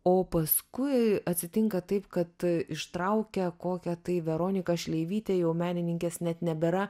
o paskui atsitinka taip kad ištraukia kokią tai veroniką šleivytę jau menininkės net nebėra